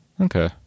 okay